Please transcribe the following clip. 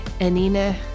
Anina